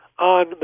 on